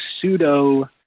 pseudo